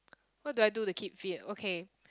what do I do to keep fit okay